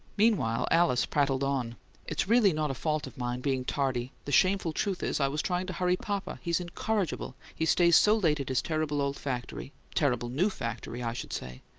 meanwhile, alice prattled on it's really not a fault of mine, being tardy. the shameful truth is i was trying to hurry papa. he's incorrigible he stays so late at his terrible old factory terrible new factory, i should say.